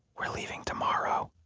we're leaving tomorrow.